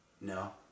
No